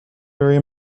very